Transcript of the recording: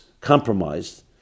compromised